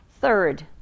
Third